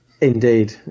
Indeed